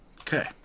Okay